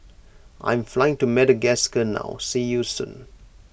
I am flying to Madagascar now see you soon